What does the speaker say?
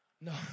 No